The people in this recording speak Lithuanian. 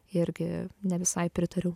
irgi ne visai pritariau